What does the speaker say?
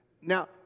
Now